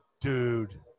Dude